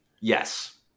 Yes